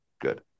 Good